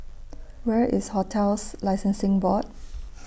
Where IS hotels Licensing Board